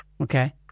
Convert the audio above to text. Okay